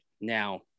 Now